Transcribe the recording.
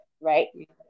right